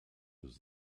was